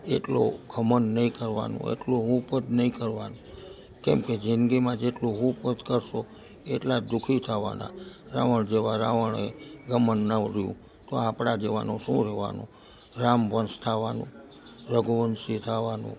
એટલો ઘમંડ નહીં કરવાનો એટલું હુંપદ નહીં કરવાનું કેમકે જિંદગીમાં જેટલું હુંપદ કરશો એટલા જ દુ ખી થવાના રાવણ જેવા રાવણે ઘમંડ ન રહ્યું તો આપણા જેવાનું શું રહેવાનું રામ વંશ થવાનું રઘુવંશી થવાનું